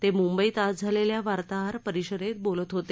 ते मुंबईत आज झालेल्या वार्ताहर परिषदेत बोलत होते